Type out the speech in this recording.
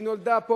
היא נולדה פה,